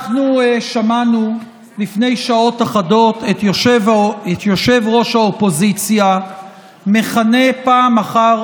אנחנו שמענו לפני שעות אחדות את ראש האופוזיציה מכנה פעם אחר